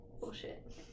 Bullshit